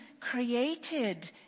created